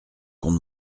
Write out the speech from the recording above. qu’on